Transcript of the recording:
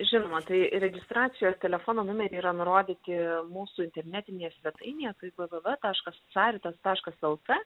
žinoma tai registracijos telefono numeriai yra nurodyti mūsų internetinėje svetainėje tai v v v taškas caritas taškas lt